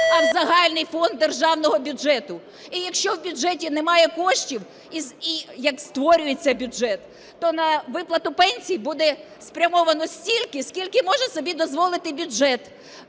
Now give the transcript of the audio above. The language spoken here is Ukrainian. а в загальний фонд державного бюджету. І якщо в бюджеті немає коштів, як створюється бюджет, то на виплату пенсій буде спрямовано стільки, скільки може собі дозволити бюджет